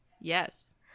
Yes